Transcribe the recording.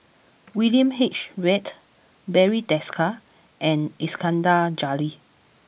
William H Read Barry Desker and Iskandar Jalil